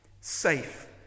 safe